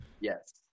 Yes